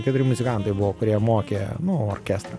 keturi muzikantai buvo kurie mokė nu orkestrą